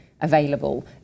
available